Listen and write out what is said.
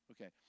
Okay